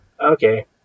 okay